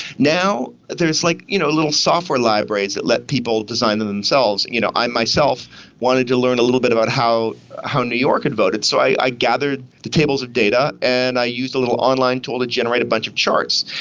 now there's like you know little software libraries that let people design them themselves. and you know i myself wanted to learn a little bit about how how new york had voted so i gathered the tables of data and i used a little online tool to generate a bunch of charts.